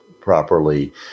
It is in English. properly